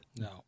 No